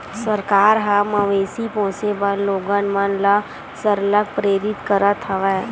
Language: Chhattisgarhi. सरकार ह मवेशी पोसे बर लोगन मन ल सरलग प्रेरित करत हवय